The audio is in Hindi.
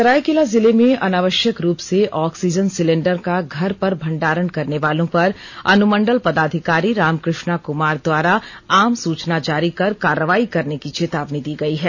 सरायकेला जिले में अनावश्यक रूप से ऑक्सीजन सिलेंडर का घर पर भंडारण करने वालों पर अनुमंडल पदाधिकारी राम कृष्णा कृमार द्वारा आम सूचना जारी कर कार्रवाई करने की चेतावनी दी गई है